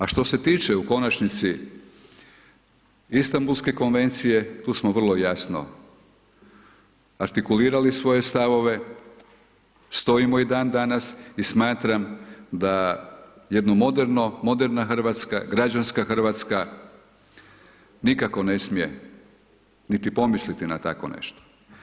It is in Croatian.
A što se tiče u konačnici Istambulske konvencije, tu smo vrlo jasno artikulirali svoje stavove, stojimo i dan danas i smatram da jedno moderno, moderna RH, građanska RH, nikako ne smije niti pomisliti na takvo nešto.